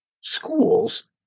schools